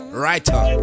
writer